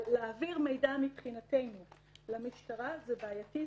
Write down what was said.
אבל להעביר מידע מבחינתנו למשטרה זה בעייתי,